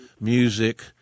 music